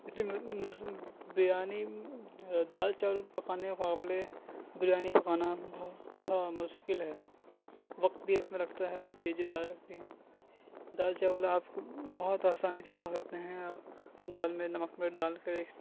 اس لیے بریانی دال چاول پکانے کے مقابلے بریانی پکانا بہت تھوڑا مشکل ہے وقت بھی اس میں لگتا ہے اور چیزیں بھی زیادہ لگتی ہیں دال چاول آپ بہت آسانی سے پکا سکتے ہیں دال میں نمک مرچ ڈال کر ایک